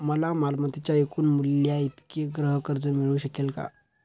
मला मालमत्तेच्या एकूण मूल्याइतके गृहकर्ज मिळू शकेल का?